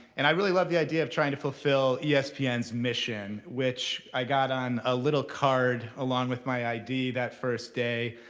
and i really loved the idea of trying to fulfill yeah espn's mission, which i got on a little card along with my id that first day.